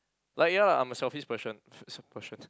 like ya lah I'm a selfish person person